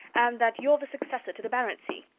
that you're the successor to the baronetcy,